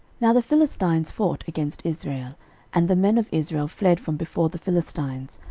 now the philistines fought against israel and the men of israel fled from before the philistines,